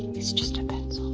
it's just a